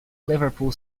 liverpool